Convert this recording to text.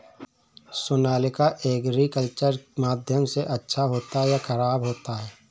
Sonalika agriculture माध्यम से अच्छा होता है या ख़राब होता है?